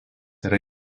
yra